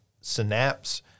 Synapse